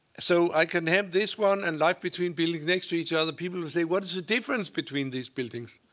so i can have this one and life between buildings next to each other. people will say, what is the difference between these buildings?